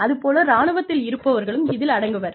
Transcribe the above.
அதுபோலவே இராணுவத்தில் இருப்பவர்களும் இதில் அடங்குவர்